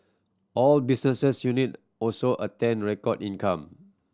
all unit also attained record income